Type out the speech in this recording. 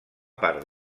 part